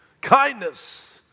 kindness